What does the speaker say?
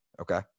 okay